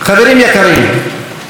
חברים יקרים,